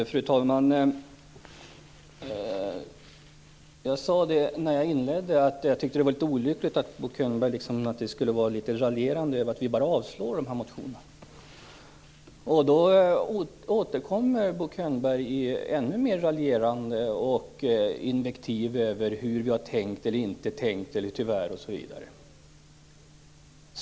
Fru talman! Jag sade tidigare att det var olyckligt att Bo Könberg raljerade över att vi bara avstyrker dessa motioner. Då återkommer Bo Könberg ännu mer raljerande och använder invektiv när han talar om hur vi har tänkt eller inte tänkt.